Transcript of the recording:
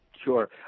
Sure